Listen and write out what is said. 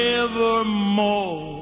evermore